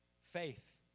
Faith